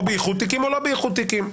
או באיחוד תיקים או לא באיחוד תיקים,